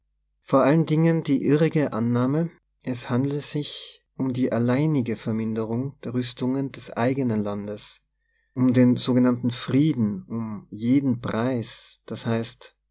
vor allen dingen die irrige annahme als handle es sich um die alleinige ver minderung der rüstungen des eigenen landes um den sogenannten frieden um jeden preis d h